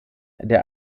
der